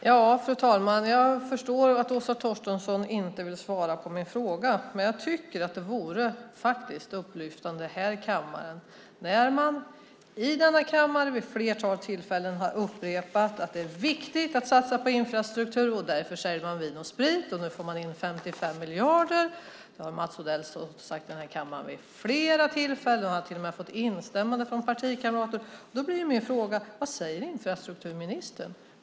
Fru talman! Jag förstår att Åsa Torstensson inte vill svara på min fråga. Men jag tycker faktiskt att det vore upplyftande om hon gjorde det, eftersom Mats Odell i denna kammare vid flera tillfällen har upprepat att det är viktigt att satsa på infrastruktur och att man därför säljer Vin & Sprit och får in 55 miljarder. Han har till och med fått instämmanden från partikamrater. Då blir min fråga: Vad säger infrastrukturministern?